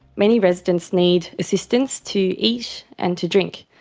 many residents need assistance to eat and to drink,